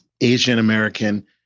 Asian-American